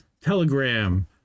Telegram